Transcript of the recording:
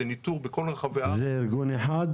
זה ניתור בכל רחבי הארץ -- זה ארגון אחד?